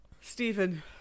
Stephen